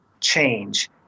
change